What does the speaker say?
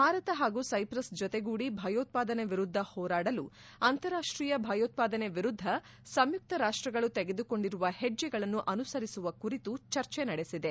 ಭಾರತ ಹಾಗೂ ಸೈಪ್ರಸ್ ಜೊತೆಗೂಡಿ ಭಯೋತ್ವಾದನೆ ವಿರುದ್ದ ಹೋರಾಡಲು ಅಂತಾರಾಷ್ಷೀಯ ಭಯೋತ್ಪಾದನೆ ವಿರುದ್ಗ ಸಂಯುಕ್ತ ರಾಷ್ಲಗಳು ತೆಗೆದುಕೊಂಡಿರುವ ಹೆಜ್ಜೆಗಳನ್ನು ಅನುಸರಿಸುವ ಕುರಿತು ಚರ್ಚೆ ನಡೆಸಿದೆ